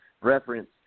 Reference